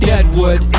Deadwood